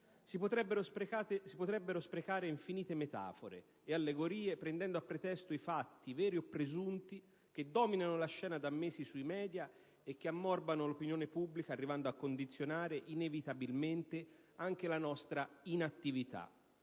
Si potrebbero sprecare infinite metafore e allegorie prendendo a pretesto i fatti, veri o presunti, che dominano la scena da mesi sui media e che ammorbano l'opinione pubblica, arrivando a condizionare inevitabilmente anche la nostra inattività.